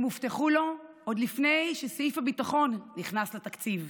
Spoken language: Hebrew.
הם הובטחו לו עוד לפני שסעיף הביטחון נכנס לתקציב,